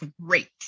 great